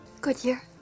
Goodyear